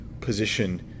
position